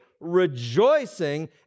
rejoicing